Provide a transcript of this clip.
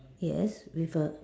yes with a